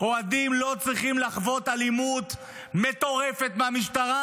אוהדים לא צריכים לחוות אלימות מטורפת מהמשטרה,